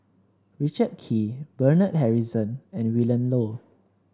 Richard Kee Bernard Harrison and Willin Low